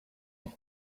his